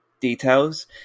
details